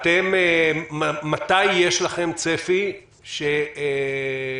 מתי יש לכם צפי שתגיע אליכם